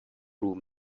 room